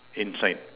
inside